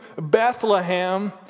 Bethlehem